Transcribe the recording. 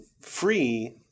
free